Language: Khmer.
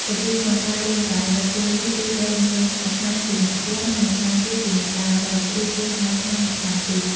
របៀបក្នុងការលេងល្បែងបិទពួននេះគឺត្រូវមានម្ខាងជាអ្នកពួន ហើយម្ខាងទៀតជាអ្នកដើររក ឬគេហៅថា អ្នកចាំទី។